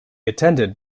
attended